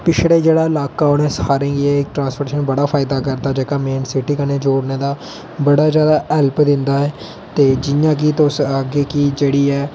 पिछड़े दा जेहड़ा इलाका उनें सारे गी एह् ट्रांसपोर्टेशन बडा फ्यादा करदा जेहका मैन सिटी कन्नै जोड़ने दा बडा ज्यादा हेल्प दिंदा ऐ ते जियां कि तुस आक्खगे कि जेहडी ऐ